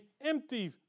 empty